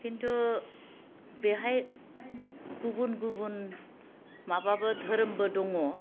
किन्थु बेवहाय गुबुन गुबुन माबाबो धोरोमबो दङ